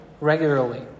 regularly